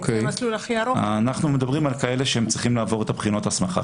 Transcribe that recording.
אנחנו מדברים על כאלה שצריכים לעבור את בחינות ההסמכה,